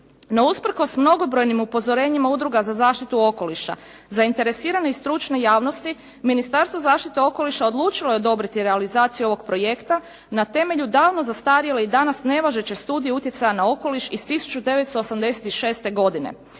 No, usprkos mnogobrojnim upozorenjima udruga za zaštitu okoliša zainteresirane i stručne javnosti Ministarstvo zaštite i okoliša odlučilo je odobriti realizaciju ovog projekta na temelju davno zastarjele i danas nevažeće studije utjecaja na okoliš iz 1986. godine.